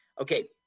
okay